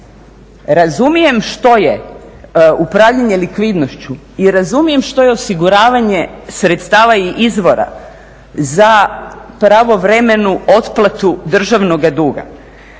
Razumijem što je upravljanje likvidnošću i razumijem što je osiguravanje sredstava i izvora za pravovremenu otplatu državnoga duga.